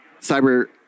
cyber